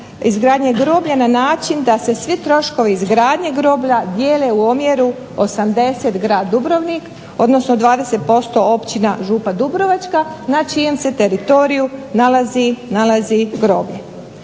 na način da se svi troškovi izgradnje groblja dijele u omjeru 80 grad Dubrovnik, odnosno 20% općina Župa Dubrovačka na čijem se teritoriju nalazi grob.